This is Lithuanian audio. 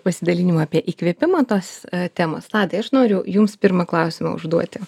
pasidalinimų apie įkvėpimą tos temos tadai aš noriu jums pirmą klausimą užduoti